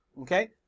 Okay